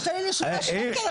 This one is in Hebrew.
קשה לי לשמוע שקר.